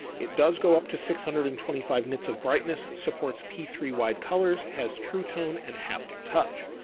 it does go up to six hundred and twenty five nits of brightness supports p three wide colors has true tone and haptic touch.